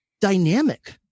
dynamic